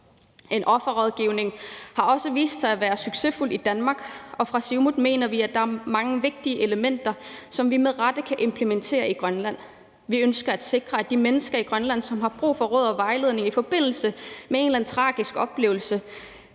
En offerrådgivning har vist sig at være succesfuld i Danmark, og fra Siumuts side mener vi, at der er mange vigtige elementer, som vi med rette kan implementere i Grønland. Vi ønsker at sikre, at de mennesker i Grønland, som har brug for råd og vejledning i forbindelse med en eller anden tragisk oplevelse,